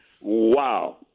wow